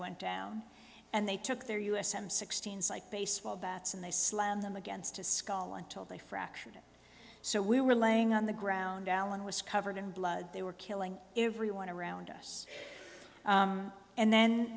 went down and they took their u s m sixteen's like baseball bats and they slam them against his skull until they fractured it so we were laying on the ground allen was covered in blood they were killing everyone around us and then